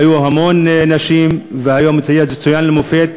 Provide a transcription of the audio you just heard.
היו המון נשים והיום הזה צוין למופת,